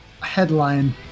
headline